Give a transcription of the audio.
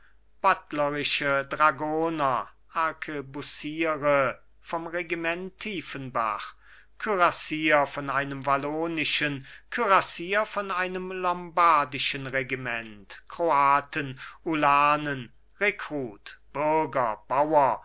buttlerische dragoner arkebusiere vom regiment tiefenbach kürassier von einem wallonischen regiment kürassier von einem lombardischen regiment kroaten ulanen rekrut